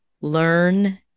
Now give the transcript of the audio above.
learn